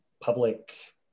public